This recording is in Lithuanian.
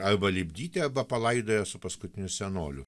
arba lipdyti arba palaidoja su paskutiniu senoliu